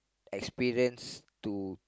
experience to